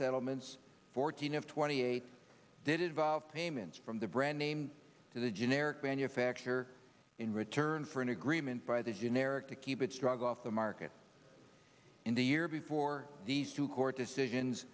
settlements fourteen of twenty eight did it evolve payments from the brand name to the generic manufacturer in return for an agreement by the generic to keep its drug off the market in the year before these two court decisions